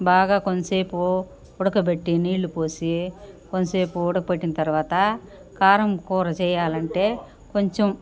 బాగా కొంసేపు ఉడకబెట్టి నీళ్ళుపోసి కొంసేపు ఉడకపెట్టిన తర్వాత కారం కూర చేయాలంటే కొంచెం